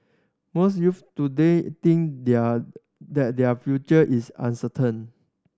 most youths today think their that their future is uncertain